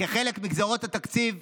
כחלק מגזרות התקציב,